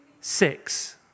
Six